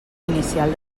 inicial